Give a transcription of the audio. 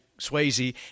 Swayze